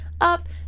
up